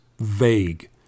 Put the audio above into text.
vague